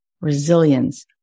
Resilience